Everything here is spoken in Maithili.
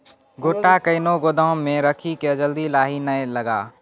गोटा कैनो गोदाम मे रखी की जल्दी लाही नए लगा?